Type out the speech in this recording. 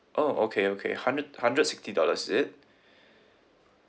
oh okay okay hundred hundred sixty dollars is it